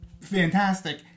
fantastic